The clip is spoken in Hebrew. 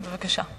בבקשה.